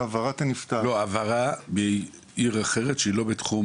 כוונתי להעברה מעיר אחרת שהיא לא בתחום